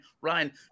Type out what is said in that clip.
Ryan